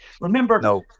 Remember